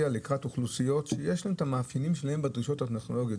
לקראת אוכלוסיות שיש להן את המאפיינים שלהן בדרישות הטכנולוגיות.